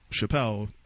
Chappelle